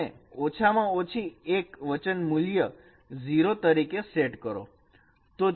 અને ઓછામાં ઓછી એક વચન મૂલ્ય 0 તરીકે સેટ કરો